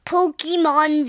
Pokemon